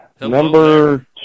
Number